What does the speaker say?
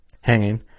hanging